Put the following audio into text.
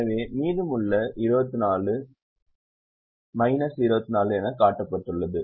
எனவே மீதமுள்ள 24 24 எனக் காட்டப்படுகிறது